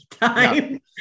time